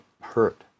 hurt